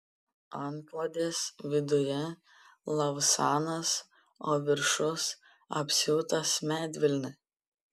antklodės viduje lavsanas o viršus apsiūtas medvilne